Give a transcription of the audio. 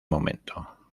momento